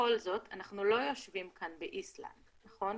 ובכל זאת, אנחנו לא יושבים כאן באיסלנד, נכון?